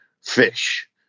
fish